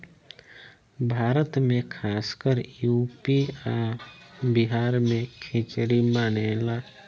भारत मे खासकर यू.पी आ बिहार मे खिचरी मानेला